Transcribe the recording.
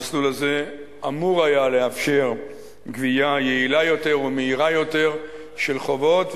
המסלול הזה אמור היה לאפשר גבייה יעילה יותר ומהירה יותר של חובות,